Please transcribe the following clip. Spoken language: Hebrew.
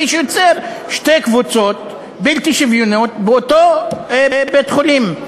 כפי שהוא יוצר שתי קבוצות בלתי שוויוניות באותו בית-חולים.